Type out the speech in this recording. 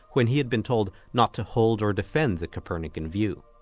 when he had been told not to hold or defend the copernican view.